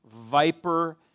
viper